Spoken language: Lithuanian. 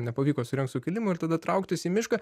nepavyko surengt sukilimo ir tada trauktis į mišką